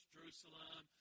Jerusalem